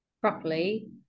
properly